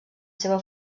seva